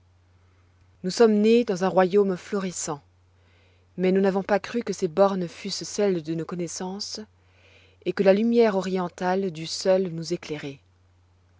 nous sommes nés dans un royaume florissant mais nous n'avons pas cru que ses bornes fussent celles de nos connoissances et que la lumière orientale dût seule nous éclairer